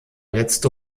letzte